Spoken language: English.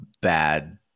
bad